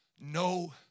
No